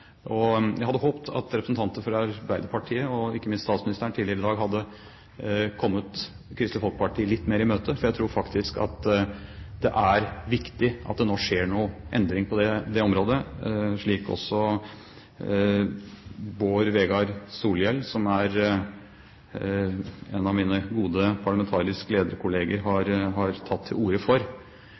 Og jeg hadde håpet at representanter fra Arbeiderpartiet, og ikke minst statsministeren tidligere i dag, hadde kommet Kristelig Folkeparti litt mer i møte. For jeg tror faktisk at det er viktig at det nå skjer en endring på det området, slik også Bård Vegar Solhjell, som er en av mine gode kollegaer blant parlamentariske ledere, har tatt til orde for.